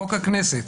חוק הכנסת,